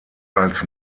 als